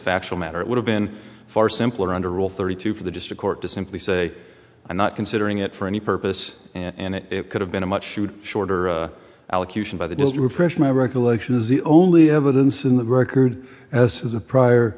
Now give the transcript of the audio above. factual matter it would have been far simpler under rule thirty two for the district court to simply say i'm not considering it for any purpose and it could have been a much shoot shorter allocution by the just refresh my recollection is the only evidence in the record as to the prior